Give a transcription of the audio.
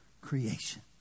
creation